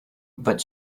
but